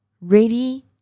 ready